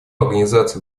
организация